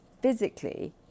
physically